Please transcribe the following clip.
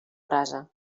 brasa